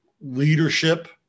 leadership